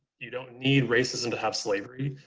you don't need racism to have slavery.